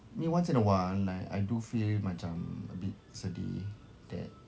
I mean once in a while like I do feel macam a bit sedih that